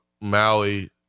Maui